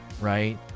right